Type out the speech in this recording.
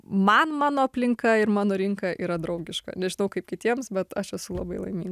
man mano aplinka ir mano rinka yra draugiška nežinau kaip kitiems bet aš esu labai laiminga